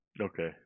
Okay